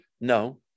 No